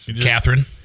Catherine